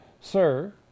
Sir